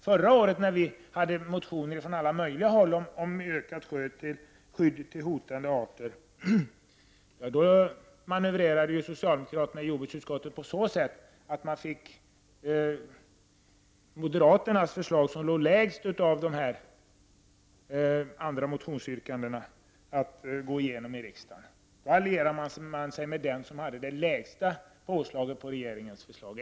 Förra året när vi från alla möjliga håll hade motioner om ökat skydd för hotade arter manövrerade socialdemokraterna i jordbruksutskottet så att moderaternas förslag, som låg lägst av motionsyrkandena, gick igenom i riksdagen. Då lierade man sig alltså med dem som hade det lägsta påslaget på regeringens förslag.